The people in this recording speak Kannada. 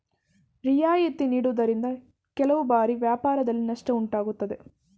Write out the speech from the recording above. ರಿಯಾಯಿತಿ ನೀಡುವುದರಿಂದ ಕೆಲವು ಬಾರಿ ವ್ಯಾಪಾರದಲ್ಲಿ ನಷ್ಟ ಉಂಟಾಗುತ್ತದೆ